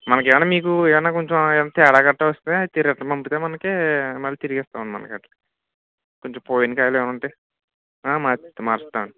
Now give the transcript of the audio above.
మనకు ఏమన్నా మీకు ఏవన్నా మీకు తేడా గట్టా వస్తే తిరిగి పంపితే మనకి మళ్ళీ తిరిగిస్తామని మనకి అట్లా కొంచెం పోయిన కాయలు ఏమన్నా ఉంటే మళ్ళీ మారుస్తామండి